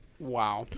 Wow